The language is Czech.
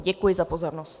Děkuji za pozornost.